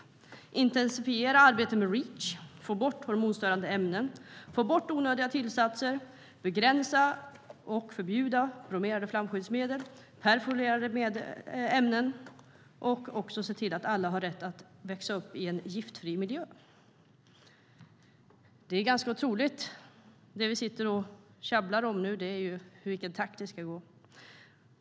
Vi vill intensifiera arbetet med Reach, få bort hormonstörande ämnen, få bort onödiga tillsatser, begränsa och förbjuda bromerade flamskyddsmedel och perfluorerade ämnen och också se till att alla har rätt att växa upp i en giftfri miljö. Det är ganska otroligt. Det vi käbblar om nu är i vilken takt det ska gå.